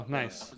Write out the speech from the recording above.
nice